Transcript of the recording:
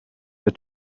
the